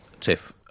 Tiff